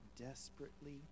desperately